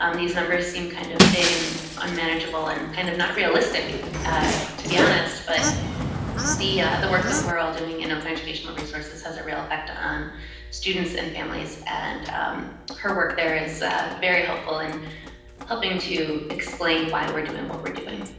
um these numbers seem kind of big and unmanageable and kind of not realistic to be honest, but the the work that we're all doing in open educational resources has a real effect on students and families and her work there is very helpful in helping to explain why we're doing what we're doing.